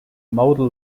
modal